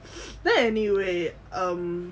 then anyway um